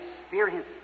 experience